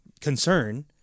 concern